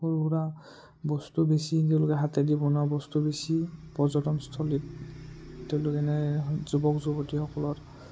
সৰু সুৰা বস্তু বেছি তেওঁলোকে হাতেদি বনোৱা বস্তু বেছি পৰ্যটনস্থলীত তেওঁলোকে এনে যুৱক যুৱতীসকলৰ